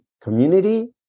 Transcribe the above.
Community